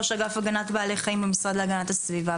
ראש אגף הגנת בעלי חיים במשרד להגנת הסביבה,